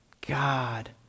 God